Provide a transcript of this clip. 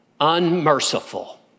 unmerciful